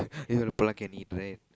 you know the can eat rat